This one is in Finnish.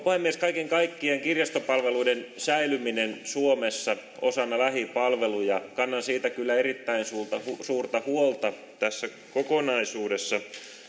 puhemies kaiken kaikkiaan kannan kirjastopalveluiden säilymisestä suomessa osana lähipalveluja kyllä erittäin suurta huolta tässä kokonaisuudessa